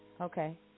Okay